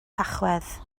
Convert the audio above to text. tachwedd